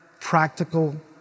practical